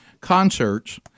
concerts